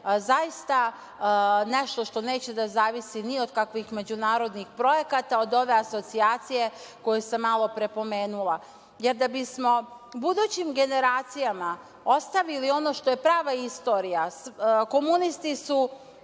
zaista nešto što neće da zavisi ni od kakvim međunarodnih projekata, od ove asocijacije koju sam malopre pomenula, jer da bismo budućim generacijama ostavili ono što je prava istorija, komunisti su